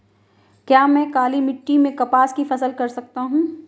क्या मैं काली मिट्टी में कपास की फसल कर सकता हूँ?